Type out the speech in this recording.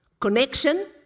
connection